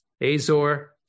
Azor